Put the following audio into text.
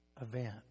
event